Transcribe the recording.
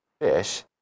fish